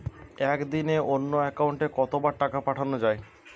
একদিনে অন্য একাউন্টে কত বার টাকা পাঠানো য়ায়?